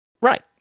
Right